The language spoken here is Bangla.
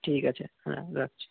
ঠিক আছে হ্যাঁ রাখছি